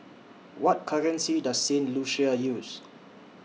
What currency Does Saint Lucia use